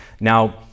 Now